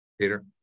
Peter